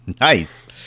Nice